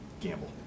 gamble